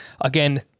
Again